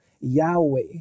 Yahweh